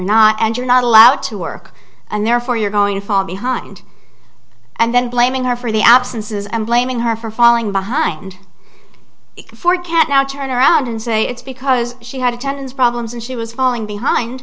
not and you're not allowed to work and therefore you're going to fall behind and then blaming her for the absences and blaming her for falling behind for can't now turn around and say it's because she had tons problems and she was falling behind